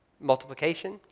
multiplication